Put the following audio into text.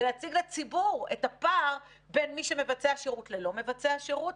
ולהציג לציבור את הפער בין מי שמבצע שירות ללא מבצע שירות,